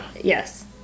Yes